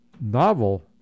novel